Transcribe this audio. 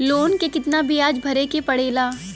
Loan के कितना ब्याज भरे के पड़े ला?